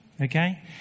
okay